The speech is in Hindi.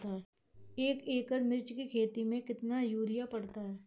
एक एकड़ मिर्च की खेती में कितना यूरिया पड़ता है?